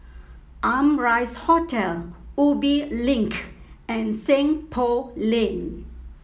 Amrise Hotel Ubi Link and Seng Poh Lane